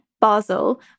Basel